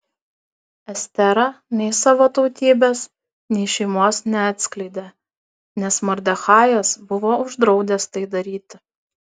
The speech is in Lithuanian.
estera nei savo tautybės nei šeimos neatskleidė nes mordechajas buvo uždraudęs tai daryti